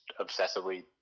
obsessively